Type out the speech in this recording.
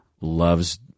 loves